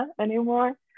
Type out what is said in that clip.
anymore